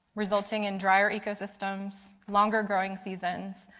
resulting in drier ecosystems, longer growing seasons,